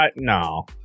No